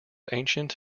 ancient